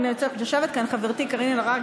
יושבת כאן חברתי קארין אלהרר,